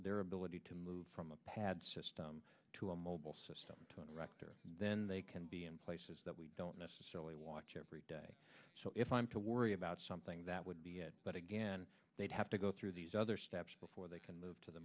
their ability to move from a pad system to a mobile system to an erector then they can be in places that we don't necessarily watch every day so if i'm to worry about something that would be it but again they'd have to go through these other steps before they can move to the